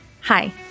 Hi